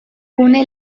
une